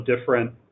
different